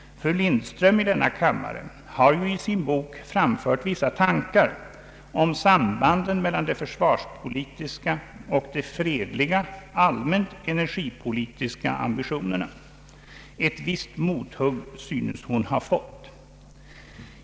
Fru Lindström i denna kammare har ju i sin bok förra året framfört vissa tankar om sambanden mellan de försvarspolitiska och de fredliga allmänt energipolitiska ambitionerna. Ett visst mothugg synes hon ha fått.